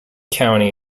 county